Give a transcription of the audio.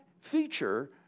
feature